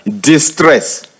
distress